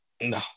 No